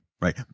right